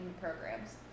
Programs